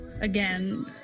again